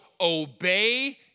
obey